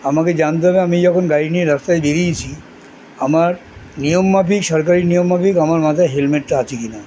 আমাকে জানতে হবে আমি যখন গাড়ি নিয়ে রাস্তায় বেরিয়েছি আমার নিয়মমাফিক সরকারি নিয়মমাফিক আমার মাথায় হেলমেটটা আছে কি না